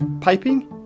piping